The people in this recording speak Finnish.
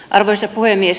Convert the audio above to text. arvoisa puhemies